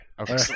okay